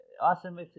awesome